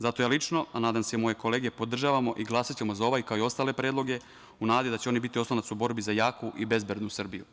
Zato ja lično, a nadam se i moje kolege, podržavamo i glasaćemo za ovaj, kao i ostale predloge, u nadi da će oni biti oslonac u borbi za jaku i bezbednu Srbiju.